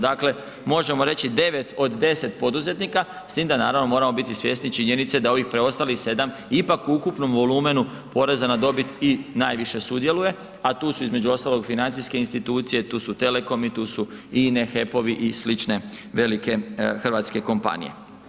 Dakle, možemo reći 9 od 10 poduzetnika s tim da naravno moramo biti svjesni činjenice da ovih preostalih 7 ipak u ukupnom volumenu poreza na dobit i najviše sudjeluje, a tu su između ostalog financijske institucije, tu su telekomi, tu su INE, HEP-ovi i slične velike hrvatske kompanije.